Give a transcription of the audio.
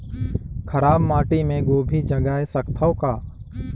खराब माटी मे गोभी जगाय सकथव का?